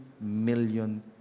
million